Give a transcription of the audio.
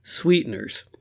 Sweeteners